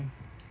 why